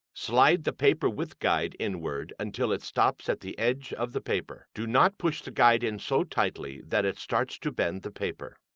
slide the paper width guide inward until it stops at the edge of the paper. do not push the guide in so tightly that it starts to bend the paper.